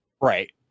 Right